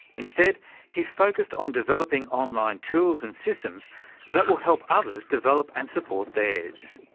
instead he's focused on developing online tools and systems that will help others develop and support theirs.